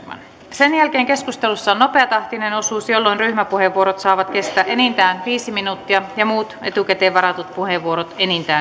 sen jälkeen keskustelussa on nopeatahtinen osuus jolloin ryhmäpuheenvuorot saavat kestää enintään viisi minuuttia ja muut etukäteen varatut puheenvuorot enintään viisi minuuttia